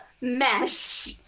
mesh